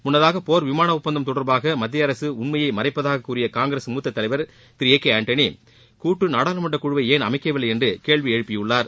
முன்னதாக போர் விமான ஒப்பந்தம் தொடர்பாக மத்தியஅரசு உண்மையை மறைப்பதாக கூறிய காங்கிரஸ் மூத்த தலைவர் திரு ஏ கே ஆண்டனி கூட்டு நாடாளுமன்றக் குழுவை ஏன் அமைக்கவில்லை என்று கேள்வி எழுப்பியுள்ளார்